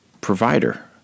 provider